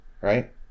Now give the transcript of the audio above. right